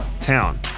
town